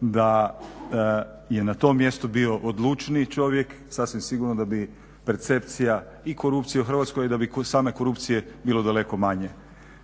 Da je na tom mjestu bio odlučniji čovjek, sasvim sigurno da bi percepcija i korupcija u Hrvatskoj i da bi same korupcije bilo daleko manje.